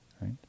right